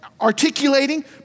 articulating